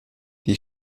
die